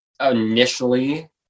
initially